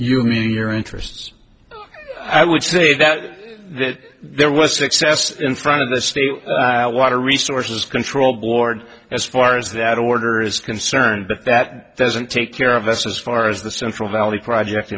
you mean your interests i would say that there was success in front of the state water resources control board as far as that order is concerned but that doesn't take care of us as far as the central valley project